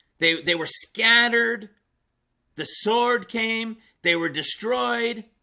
they they were scattered the sword came they were destroyed